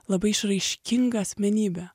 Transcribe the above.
labai išraiškinga asmenybė